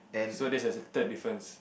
so that's the third difference